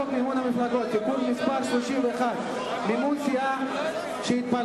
הצעת חוק מימון מפלגות (תיקון מס' 31) (מימון סיעה שהתפלגה),